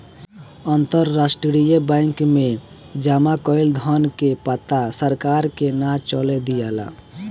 अंतरराष्ट्रीय बैंक में जामा कईल धन के पता सरकार के ना चले दियाला